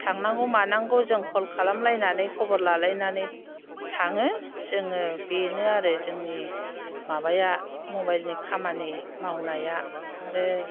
थांनांगौ मानांगौ जों खल खालाम लायनानै खबर लालायनानै थाङो जोङो बेनो आरो जोंनि माबाया मबाइलनि खामानि मावनाया आरो